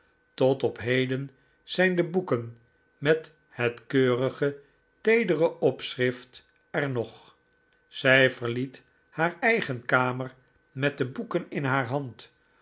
tot op heden zijn de boeken met het keurige teedere opschrift er nog zij verliet haar eigen kamer met de boeken in haar hand